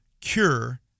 cure